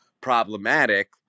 problematic